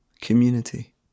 community